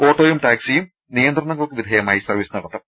ഓട്ടോയും ടാക്സികളും നിയന്ത്ര ണങ്ങൾക്ക് വിധേയമായി സർവ്വീസ് നടത്തും